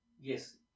yes